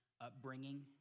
upbringing